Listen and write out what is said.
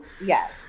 Yes